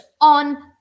on